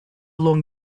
long